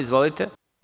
Izvolite.